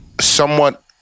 somewhat